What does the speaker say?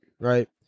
right